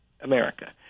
America